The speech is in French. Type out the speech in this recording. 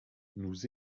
nous